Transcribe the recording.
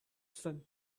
sun